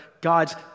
God's